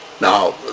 Now